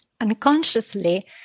unconsciously